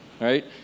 right